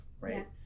right